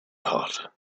hot